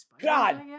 God